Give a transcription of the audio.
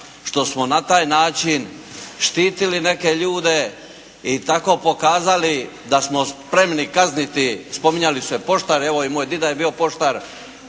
Što smo na taj način štitili neke ljude i tako pokazali da smo spremni kazniti, spominjali ste poštare. Evo i moj dida je bio poštar.